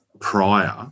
prior